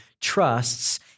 trusts